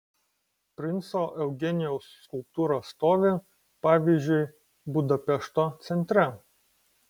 princo eugenijaus skulptūra stovi pavyzdžiui budapešto centre